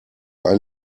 ein